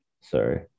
Sorry